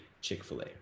Chick-fil-A